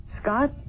Scott